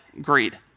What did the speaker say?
greed